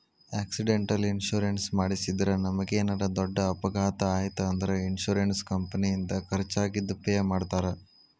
accidental insurance ಮಾಡಿಸಿದ್ರ ನಮಗೇನರ ದೊಡ್ಡ ಅಪಘಾತ ಆಯ್ತ್ ಅಂದ್ರ ಇನ್ಶೂರೆನ್ಸ್ ಕಂಪನಿಯಿಂದ ಖರ್ಚಾಗಿದ್ ಪೆ ಮಾಡ್ತಾರಾ